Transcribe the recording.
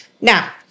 Now